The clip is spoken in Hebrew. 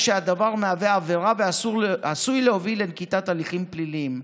שהדבר מהווה עבירה ועשוי להוביל לנקיטת הליכים פליליים.